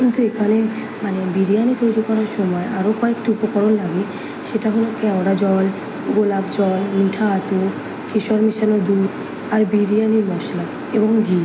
কিন্তু এখানে মানে বিরিয়ানি তৈরি করার সময় আরও কয়েকটি উপকরণ লাগে সেটা হলো ক্যাওড়া জল গোলাপ জল মিঠা আতর কেশর মেশানো দুধ আর বিরিয়ানির মশলা এবং ঘি